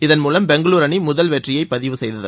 இதன் மூலம் பெங்களூரு அணி முதல் வெற்றியை பதிவு செய்தது